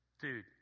Dude